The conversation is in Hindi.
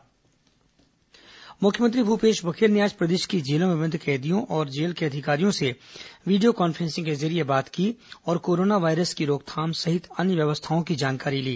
कोरोना सीएम कैदी बातचीत मुख्यमंत्री भूपेश बघेल ने आज प्रदेश की जेलों में बंद कैदियों और जेल के अधिकारियों से वीडियो कॉन्फ्रेंसिंग के जरिये बात की और कोरोना वायरस की रोकथाम सहित अन्य व्यवस्थाओं की जानकारी ली